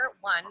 one